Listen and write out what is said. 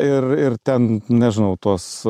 ir ir ten nežinau tos